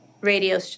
radio